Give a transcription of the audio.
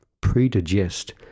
pre-digest